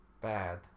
bad